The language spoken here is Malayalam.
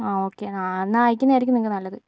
ആ ഓക്കേ എന്നാൽ അയക്കുന്നതായിരിക്കും നിങ്ങൾക്ക് നല്ലത്